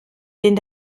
den